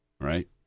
right